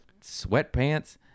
sweatpants